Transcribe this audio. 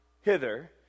hither